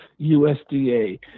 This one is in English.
USDA